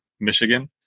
Michigan